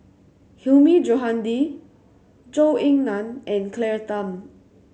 Hilmi Johandi Zhou Ying Nan and Claire Tham